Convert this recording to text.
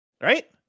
Right